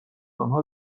آنها